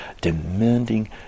demanding